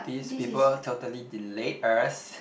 these people totally delayed us